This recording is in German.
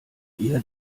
ihr